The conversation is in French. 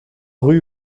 rue